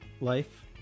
life